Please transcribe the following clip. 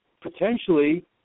potentially